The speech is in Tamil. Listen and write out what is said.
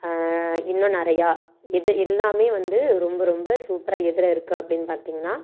இன்னும் நிறையா இது எல்லாமே வந்து ரொம்ப ரொம்ப சூப்பராக எதில் இருக்குது அப்டின்னு பார்த்திங்கனா